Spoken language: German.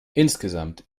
insgesamt